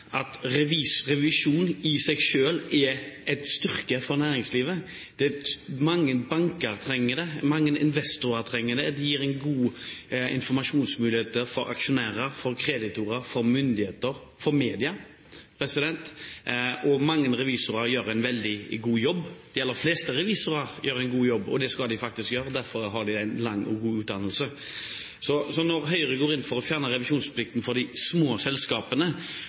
understreke at revisjon i seg selv er en styrke for næringslivet. Mange banker trenger det, mange investorer trenger det, og det gir gode informasjonsmuligheter for aksjonærer, for kreditorer, for myndigheter og for media. Mange – de aller fleste – revisorer gjør en veldig god jobb. Det skal de faktisk gjøre, og derfor har de en lang og god utdannelse. Så når Høyre går inn for å fjerne revisjonsplikten for de små selskapene,